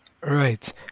Right